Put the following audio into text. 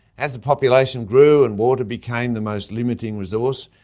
as the population grew and water became the most limiting resource,